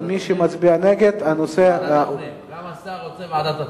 מי שמצביע נגד, הנושא, גם השר רוצה ועדת הפנים.